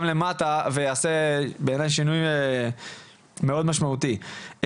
למטה ויעשה בעיניי שינוי מאוד משמעותי.